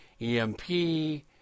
EMP